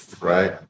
right